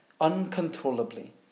uncontrollably